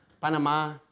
Panama